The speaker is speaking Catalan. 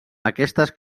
aquestes